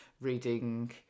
reading